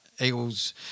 Eagles